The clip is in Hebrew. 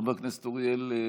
חבר הכנסת אוריאל בוסו,